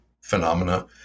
phenomena